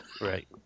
right